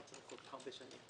לא צריך כל כך הרבה שנים.